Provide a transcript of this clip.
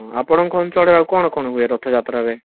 ଆପଣଙ୍କ ଅଞ୍ଚଳରେ ଆଉ କ'ଣ କ'ଣ ହୁଏ ରଥଯାତ୍ରାରେ